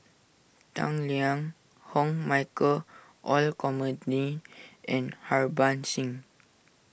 Tang Liang Hong Michael Olcomendy and Harbans Singh